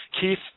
Keith